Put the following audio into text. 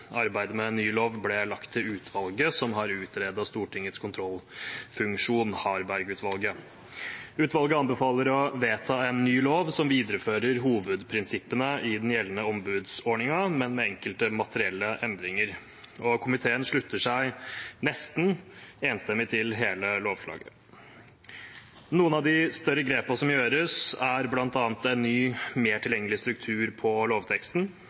Arbeidet med en ny lov ble lagt til utvalget som har utredet Stortingets kontrollfunksjon, Harberg-utvalget. Utvalget anbefaler å vedta en ny lov som viderefører hovedprinsippene i den gjeldende ombudsordningen, men med enkelte materielle endringer. Komiteen slutter seg nesten enstemmig til hele lovforslaget. Noen av de større grepene som gjøres, er bl.a. en ny, mer tilgjengelig struktur på lovteksten,